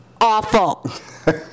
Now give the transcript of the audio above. awful